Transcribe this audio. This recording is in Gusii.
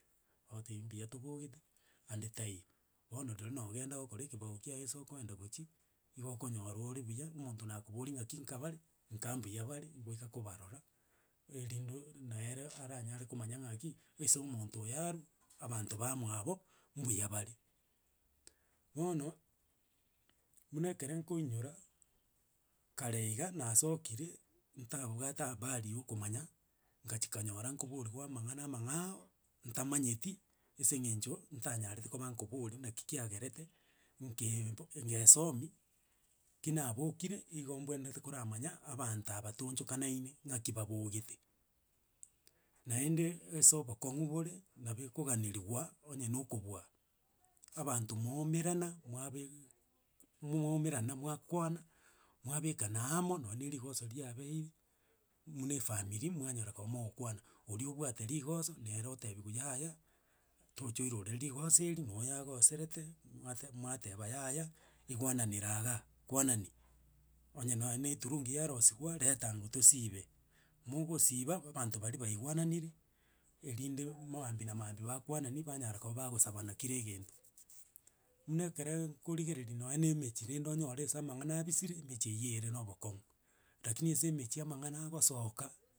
Ontebi mbuya tobogete, ande taiyo, bono rirorio nogenda gokora ekebao kiago ase okoenda goichi, igo okonyora ore buya, omonto nakoboria ng'aki nka bare, nka mbuyabare, gwaika kobarora, erinde nere aranyare komanya ng'aki, ase omonto oyo arwa, abanto ba mwabo, mbuya bare. Bono, buna ekere nkoinyora, kare iga nasokire, ntabwate habari ya okomanya, ngachi nkanyora nkoboriwa amang'ana amang'ao, ntamanyeti, ase eng'echo, ntanyarete koba nkoboria, naki kiagerete, nkaebu nkaesomi, ki nabokire igo mbwenerete koramanya, abanta aba toonchokanaine, ng'aki babogete. Naende, ase obokong'u bore, nabo ekoganeriwa onye nokobua abanto mwaumerana mwabeee mwaumerana mwakwana mwabekana amo, nonya na erigoso riabeire, buna efamiri mwanyora koba mogokwana, oria obwate rigoso, nere otebiwa yaaya, tocha oirorere rigosa eri, na oye agoserete mwate mwateba yaya, igwananera iga, kwanani onye nonya na eturungi yarosiwa, retango tosibe. Mogosiba, ba- abanto baria baigwananire, erinde maambia na maambia bakwanani, banyara koba bagosabana kera egento. Muna ekere nkorigereria nonye na emechie rende onyore ase amang'ana abisire, emechie eyi ere na obokong'u, rakini ase emechi amang'ana agosoka.